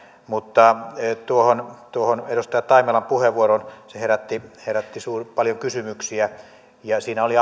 mutta tuohon tuohon edustaja taimelan puheenvuoroon se herätti herätti paljon kysymyksiä ja siinä oli